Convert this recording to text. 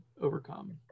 overcome